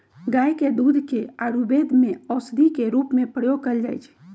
गाय के दूध के आयुर्वेद में औषधि के रूप में प्रयोग कएल जाइ छइ